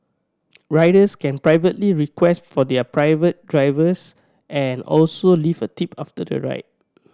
riders can privately request for their preferred drivers and also leave a tip after the ride